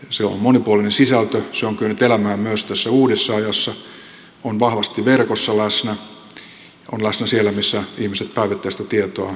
se on monipuolinen sisältö se on kyennyt elämään myös tässä uudessa ajassa se on vahvasti verkossa läsnä ja on läsnä siellä missä ihmiset päivittäistä tietoa tarvitsevat